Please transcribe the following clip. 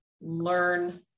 learn